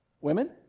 Women